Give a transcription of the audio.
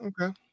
Okay